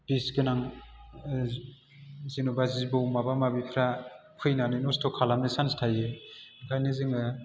बिसगोनां जेन'बा जिबौ माबा माबिफ्रा फैनानै नस्थ' खलामनो सान्स थायो बेखायनो जोङो